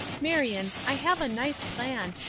marion, i have a nice plan,